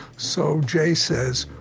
so jay says,